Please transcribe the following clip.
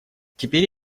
теперь